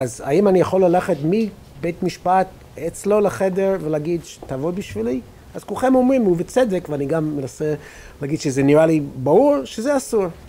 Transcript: אז האם אני יכול ללכת מבית משפט אצלו לחדר ולהגיד שתעבוד בשבילי? אז כולכם אומרים, ובצדק, ואני גם מנסה להגיד שזה נראה לי ברור שזה אסור.